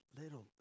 little